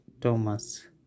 thomas